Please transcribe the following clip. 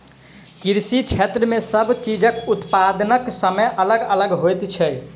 कृषि क्षेत्र मे सब चीजक उत्पादनक समय अलग अलग होइत छै